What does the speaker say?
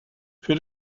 für